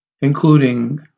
including